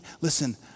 listen